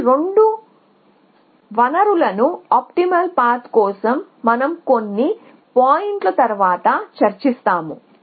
ఈ రెండు వనరులను ఆప్టిమల్ పాత్ కోసం మనం కొన్ని పాయింట్లు తరువాత చర్చిస్తాము